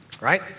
right